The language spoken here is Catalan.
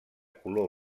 color